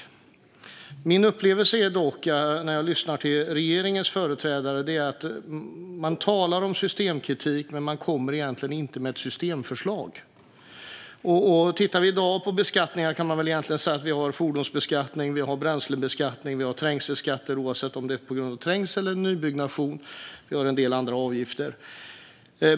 När jag lyssnar till regeringens företrädare är min upplevelse dock att de talar om systemkritik, men de kommer inte med ett systemförslag. I dag har vi fordonsbeskattning, bränslebeskattning, trängselskatter - på grund av trängsel eller nybyggnation - och en del andra avgifter.